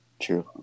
True